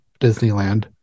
Disneyland